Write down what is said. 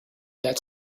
that